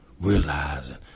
Realizing